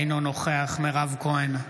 אינו נוכח מירב כהן,